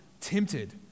tempted